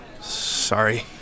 sorry